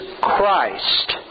Christ